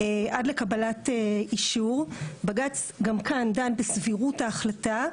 עד לקבלת אישור, בג"צ גם כאן דן בסבירות ההחלטה,